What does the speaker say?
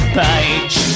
page